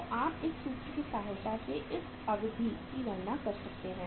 तो आप इस सूत्र की सहायता से इस अवधि गणना की सकते हैं